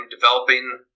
developing